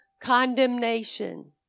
condemnation